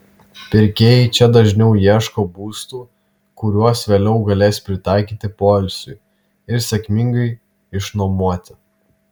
pirkėjai čia dažniau ieško būstų kuriuos vėliau galės pritaikyti poilsiui ir sėkmingai išnuomoti